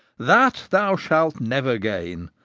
that thou shalt never gain,